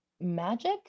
Magic